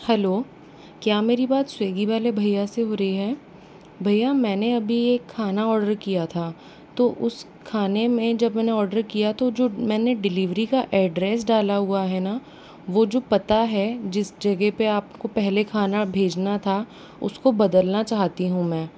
hello क्या मेरी बात स्विग्गी वाले भय्या से हो रही है भय्या मैंने अभी एक खाना ऑर्डर किया था तो उस खाने में जब मैंने आर्डर किया तो जो मैंने डिलीवरी का एड्रेस डाला हुआ है ना वो जो पता है जिस जगह पर आप को पहले खाना भेजना था उसको बदलना चाहती हूँ मैं